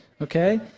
okay